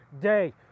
day